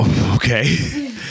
Okay